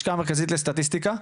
מהלשכה המרכזית לסטטיסטיקה,